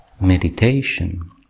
meditation